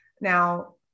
Now